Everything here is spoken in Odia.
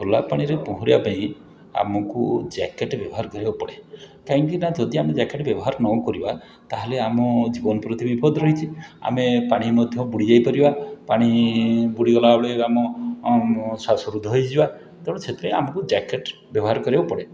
ଖୋଲା ପାଣିରେ ପହଁରିବାପାଇଁ ଆମକୁ ଜ୍ୟାକେଟ୍ ବ୍ୟବହାର କରିବାକୁ ପଡ଼େ କାହିଁକିନା ଯଦି ଆମେ ଜ୍ୟାକେଟ୍ ବ୍ୟବହାର ନ କରିବା ତାହେଲେ ଆମ ଜୀବନପ୍ରତି ବିପଦ ରହିଛି ଆମେ ପାଣିରେ ମଧ୍ୟ ବୁଡ଼ିଯାଇ ପାରିବା ପାଣି ବୁଡ଼ିଗଲା ବେଳେ ଆମ ଆମ ଶ୍ୱାସରୁଦ୍ଧ ହେଇଯିବା ତେଣୁ ସେଥିପାଇଁ ଆମକୁ ଜ୍ୟାକେଟ୍ ବ୍ୟବହାର କରିବାକୁ ପଡ଼େ